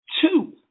Two